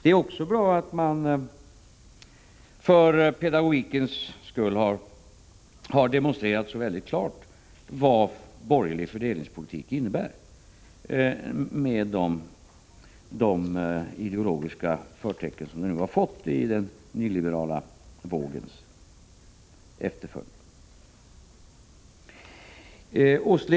Det är också bra att man för pedagogikens skull har demonstrerat så klart vad borgerlig fördelningspolitik innebär — med de ideologiska förtecken som den har fått i den nyliberala vågens efterföljd.